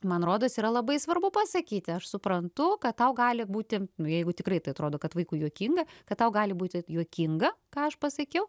man rodos yra labai svarbu pasakyti aš suprantu kad tau gali būti nu jeigu tikrai atrodo kad vaikų juokinga kad tau gali būti juokinga ką aš pasakiau